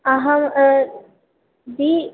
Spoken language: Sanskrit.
अहं जि